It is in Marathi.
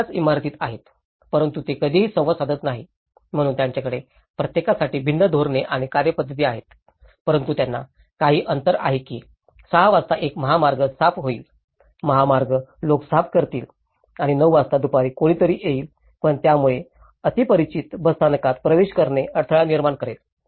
तर हे 3 एकाच इमारतीत आहेत परंतु ते कधीही संवाद साधत नाहीत म्हणून त्यांच्याकडे प्रत्येकासाठी भिन्न धोरणे आणि कार्यपद्धती आहेत परंतु त्यांना काही अंतर आहे की 6 वाजता एक महामार्ग साफ होईल महामार्ग लोक साफ करतील आणि 9 वाजता दुपारी कोणीतरी येईल पण यामुळे अतिपरिचित बसस्थानकात प्रवेश करणे अडथळा निर्माण करेल